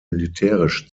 militärisch